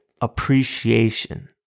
appreciation